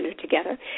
together